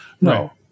No